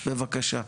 בבקשה.